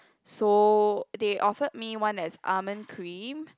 so they offered me one that's almond cream